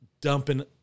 dumping